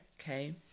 Okay